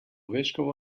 vescovo